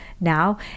now